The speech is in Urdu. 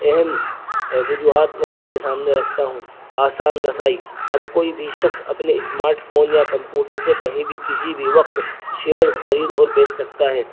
اہم وجوہات میں آپ کے سامنے رکھتا ہوں آسان رسائی اب کوئی بھی شخص اپنے اسمارٹ فون یا کمپوٹر سے کہیں بھی کسی بھی وقت شیئرز خرید اور بیچ سکتا ہے